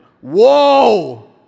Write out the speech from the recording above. whoa